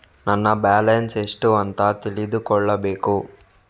ನನ್ನ ಬ್ಯಾಲೆನ್ಸ್ ಎಷ್ಟು ಅಂತ ತಿಳಿದುಕೊಳ್ಳಬೇಕು?